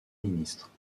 ministre